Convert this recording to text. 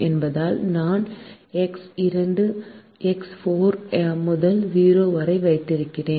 என்பதால் நான் எக்ஸ் 2 மற்றும் எக்ஸ் 4 முதல் 0 வரை வைத்திருக்கிறேன்